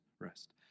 rest